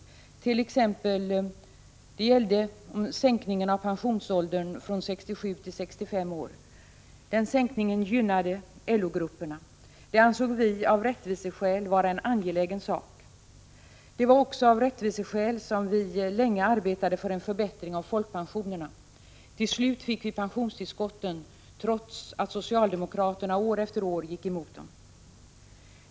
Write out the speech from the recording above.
Det gäller t.ex. sänkningen av pensionsåldern från 67 till 65 år. Den sänkningen gynnade LO-grupperna. Det ansåg vi av rättviseskäl vara en angelägen sak. Det var också av rättviseskäl som vi länge arbetade för en förbättring av folkpensionerna. Till slut fick vi pensionstillskotten, trots att socialdemokraterna år efter år gick emot dem.